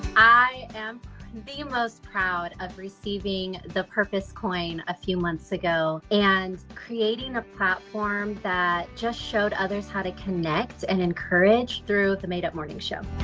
i am the most proud of receiving the purpose coin a few months ago. and creating a platform just showed others how to connect and encourage through the made up morning show.